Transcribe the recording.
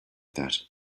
that